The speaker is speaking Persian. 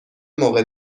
موقع